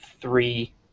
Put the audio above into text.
three